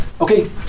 Okay